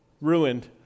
ruined